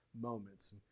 moments